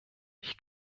ich